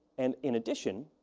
and, in addition,